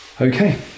Okay